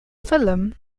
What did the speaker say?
film